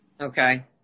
Okay